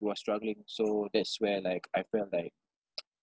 he was struggling so that's where like I felt like